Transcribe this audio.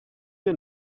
you